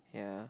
ya